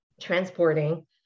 transporting